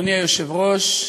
אדוני היושב-ראש,